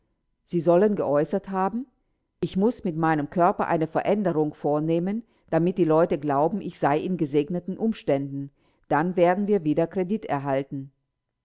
sie sollen geäußert haben ich muß mit meinem körper eine veränderung vornehmen damit die leute glauben ich sei in gesegneten umständen dann werden wir wieder kredit erhalten